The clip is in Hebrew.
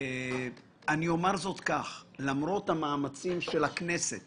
זאת למרות המאמצים של הכנסת